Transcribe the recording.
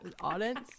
audience